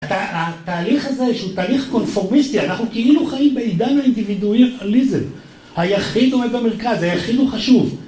התהליך הזה, שהוא תהליך קונפורמיסטי, אנחנו כאילו חיים בעידן האינדיבידואליזם היחיד עומד במרכז, היחיד הוא חשוב.